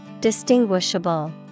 Distinguishable